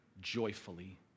joyfully